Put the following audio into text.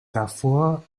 davor